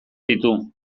ditu